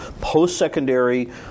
post-secondary